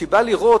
כשהיא באה לראות,